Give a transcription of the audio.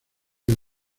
del